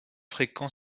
fréquent